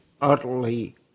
utterly